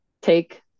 take